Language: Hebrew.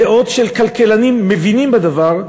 הדעות של כלכלנים, של מבינים בדבר.